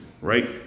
Right